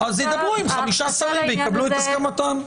ידברו עם חמישה שרים ויקבלו את הסכמתם.